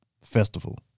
festival